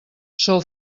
sol